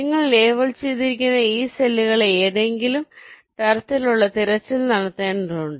നിങ്ങൾ ലേബൽ ചെയ്തിരിക്കുന്ന ഈ സെല്ലുകളിൽ എന്തെങ്കിലും തരത്തിലുള്ള തിരച്ചിൽ നടത്തേണ്ടതുണ്ട്